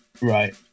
Right